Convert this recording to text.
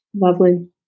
lovely